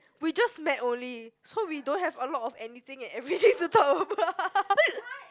we just met only so we don't have a lot of anything and everything to talk about